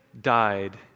died